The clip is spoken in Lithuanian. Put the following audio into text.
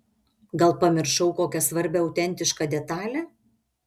gal pamiršau kokią svarbią autentišką detalę